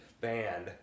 band